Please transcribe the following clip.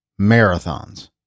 marathons